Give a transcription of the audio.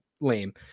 lame